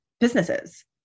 businesses